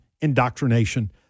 indoctrination